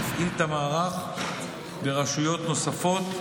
להפעיל את המערך ברשויות נוספות.